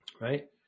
right